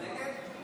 עכשיו אנחנו